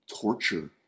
torture